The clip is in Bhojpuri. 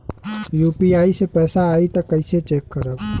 यू.पी.आई से पैसा आई त कइसे चेक खरब?